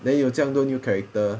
then 有这样多 new character